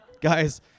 Guys